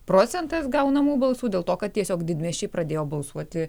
procentas gaunamų balsų dėl to kad tiesiog didmiesčiai pradėjo balsuoti